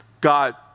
God